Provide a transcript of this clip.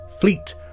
Fleet